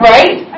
Right